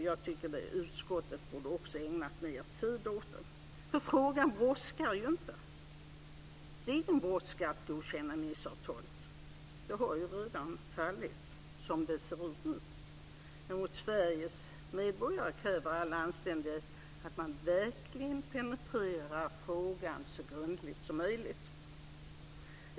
Jag tycker att utskottet borde ha ägnat mer tid åt det. Frågan brådskar inte. Det är ingen brådska att godkänna Niceavtalet. Det har redan fallit, som det ser ut nu. Men mot Sveriges medborgare kräver all anständighet att man verkligen penetrerar frågan så grundligt som möjligt.